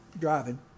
driving